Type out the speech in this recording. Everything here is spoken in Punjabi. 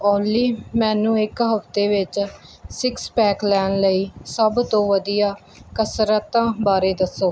ਓਲੀ ਮੈਨੂੰ ਇੱਕ ਹਫ਼ਤੇ ਵਿੱਚ ਸਿਕਸ ਪੈਕ ਲੈਣ ਲਈ ਸਭ ਤੋਂ ਵਧੀਆ ਕਸਰਤਾਂ ਬਾਰੇ ਦੱਸੋ